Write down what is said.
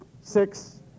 six